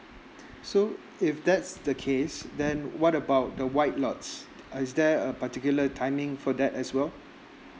so if that's the case then what about the white lots uh is there a particular timing for that as well